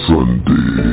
Sunday